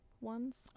ones